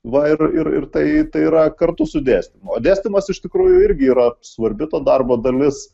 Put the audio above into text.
va ir ir tai yra kartu su dėstymu o dėstymas iš tikrųjų irgi yra svarbi to darbo dalis